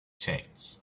change